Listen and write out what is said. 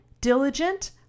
diligent